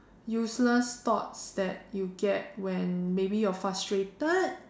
useless thoughts that you get maybe when you're frustrated